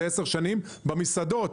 זה עשר שנים; במסעדות,